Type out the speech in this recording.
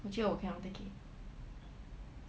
我觉得我 cannot take it